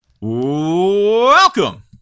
Welcome